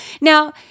Now